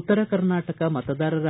ಉತ್ತರ ಕರ್ನಾಟಕ ಮತದಾರರ